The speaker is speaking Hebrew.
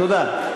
תודה.